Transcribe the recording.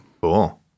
Cool